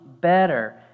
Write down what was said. better